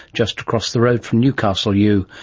just across the road from newcastle u.